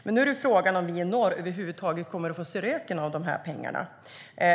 Men nu är frågan om vi i norr över huvud taget kommer att få se röken av dessa pengar.